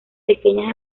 pequeñas